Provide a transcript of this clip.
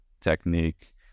technique